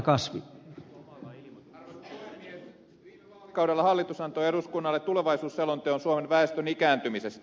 viime vaalikaudella hallitus antoi eduskunnalle tulevaisuusselonteon suomen väestön ikääntymisestä